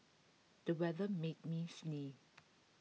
the weather made me sneeze